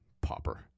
Popper